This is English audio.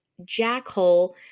jackhole